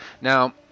Now